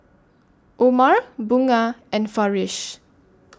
Omar Bunga and Farish